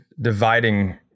dividing